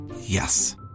Yes